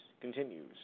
continues